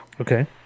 okay